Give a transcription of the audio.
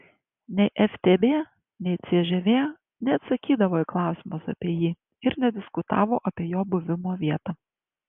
nei ftb nei cžv neatsakydavo į klausimus apie jį ir nediskutavo apie jo buvimo vietą